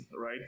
right